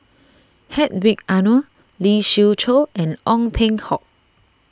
Hedwig Anuar Lee Siew Choh and Ong Peng Hock